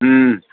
ꯎꯝ